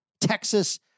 Texas